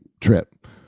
trip